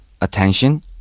attention